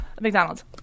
McDonald's